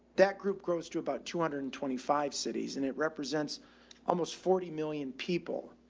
that group grows to about two hundred and twenty five cities and it represents almost forty million people.